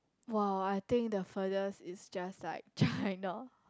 !wow! I think the furthest is just like China